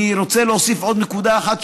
אני רוצה להוסיף עוד נקודה אחת,